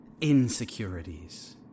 insecurities